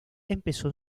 empezó